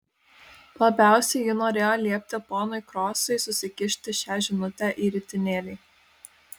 labiausiai ji norėjo liepti ponui krosui susikišti šią žinutę į ritinėlį